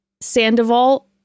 Sandoval